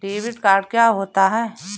Debit card क्या होता है?